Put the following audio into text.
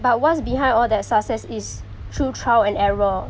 but what's behind all that success is through trial and error